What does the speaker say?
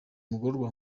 mugororwa